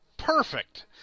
Perfect